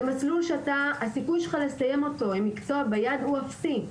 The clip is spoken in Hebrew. זה מסלול שהסיכוי שלך לסיים אותו עם מקצוע ביד הוא אפסי.